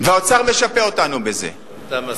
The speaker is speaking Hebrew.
אתה מסכים,